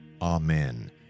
Amen